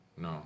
No